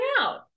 out